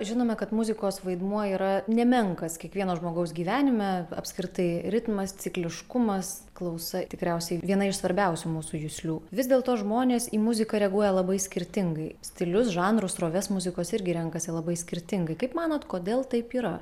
žinome kad muzikos vaidmuo yra nemenkas kiekvieno žmogaus gyvenime apskritai ritmas cikliškumas klausa tikriausiai viena iš svarbiausių mūsų juslių vis dėlto žmonės į muziką reaguoja labai skirtingai stilius žanrus sroves muzikos irgi renkasi labai skirtingai kaip manot kodėl taip yra